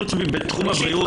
חוץ מאשר בתחום הבריאות.